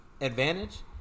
advantage